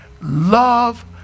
Love